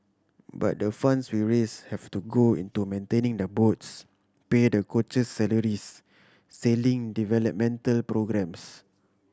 but the funds we raise have to go into maintaining the boats pay the coaches salaries sailing developmental programmes